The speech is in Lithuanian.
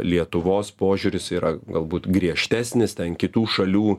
lietuvos požiūris yra galbūt griežtesnis ten kitų šalių